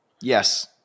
yes